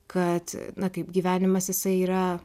kad na kaip gyvenimas jisai yra